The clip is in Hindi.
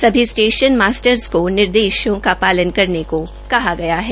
सभी स्टेशन मास्टर्स को निर्देशों का पालन करने को कहा गया है